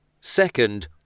Second